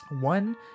One